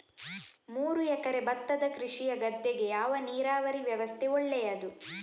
ಮೂರು ಎಕರೆ ಭತ್ತದ ಕೃಷಿಯ ಗದ್ದೆಗೆ ಯಾವ ನೀರಾವರಿ ವ್ಯವಸ್ಥೆ ಒಳ್ಳೆಯದು?